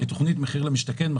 את תוכנית מחיר למשתכן,